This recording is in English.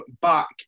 back